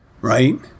Right